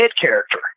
character